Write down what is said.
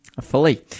Fully